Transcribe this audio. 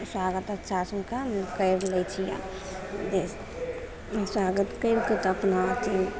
स्वागत अच्छासे हुनका करि लै छिए स्वागत करिके तऽ अपना अथी